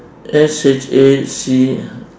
S H A C